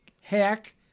hack